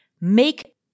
make